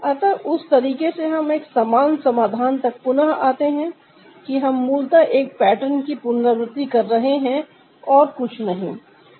अतः उस तरीके से हम समान समाधान तक पुनः आते हैं कि हम मूलत एक पैटर्न की पुनरावृति कर रहे हैं और कुछ नहीं